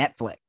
Netflix